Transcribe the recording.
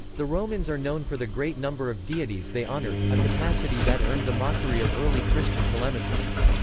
the romans are known for the great number of deities they honoured, a capacity that earned the mockery of early christian polemicists.